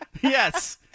Yes